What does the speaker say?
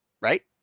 Right